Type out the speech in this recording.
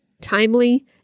timely